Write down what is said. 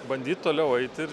bandyt toliau eit ir